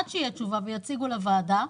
עד שתהיה תשובה ויציגו אותה לוועדה,